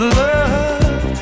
love